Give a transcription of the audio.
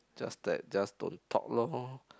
just that just don't talk lor